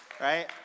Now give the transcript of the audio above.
Right